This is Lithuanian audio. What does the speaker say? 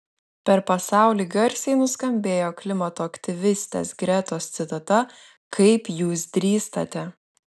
per pasaulį garsiai nuskambėjo klimato aktyvistės gretos citata kaip jūs drįstate